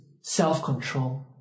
self-control